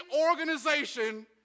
organization